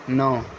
نو